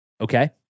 Okay